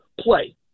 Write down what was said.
play